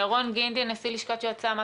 ירון גינדי, נשיא לשכת יועצי המס,